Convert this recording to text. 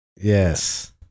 Yes